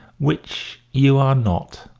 which you are not.